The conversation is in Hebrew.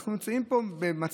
אנחנו חיים במצב,